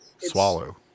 swallow